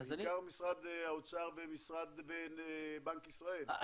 בעיקר משרד האוצר ובנק ישראל.